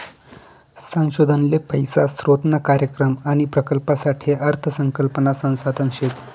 संशोधन ले पैसा स्रोतना कार्यक्रम आणि प्रकल्पसाठे अर्थ संकल्पना संसाधन शेत